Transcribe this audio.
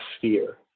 fear